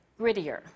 grittier